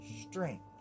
strength